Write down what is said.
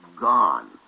gone